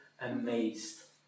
amazed